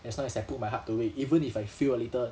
as long as I put my heart to it even if I feel a little